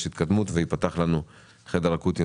התקדמות וייפתח לנו חדר אקוטי נוסף.